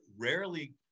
rarely